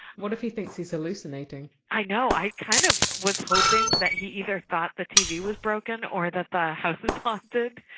what if he thinks he's hallucinating? i know! i kind of was hoping that he either thought the tv was broken or the the house is haunted,